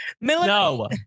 no